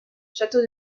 château